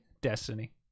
Destiny